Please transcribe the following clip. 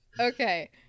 Okay